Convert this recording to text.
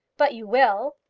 but you will?